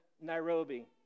Nairobi